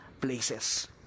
places